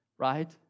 Right